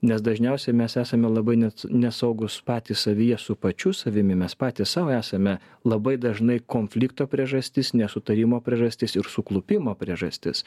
nes dažniausiai mes esame labai net nesaugūs patys savyje su pačiu savimi mes patys sau esame labai dažnai konflikto priežastis nesutarimo priežastis ir suklupimo priežastis